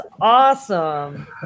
awesome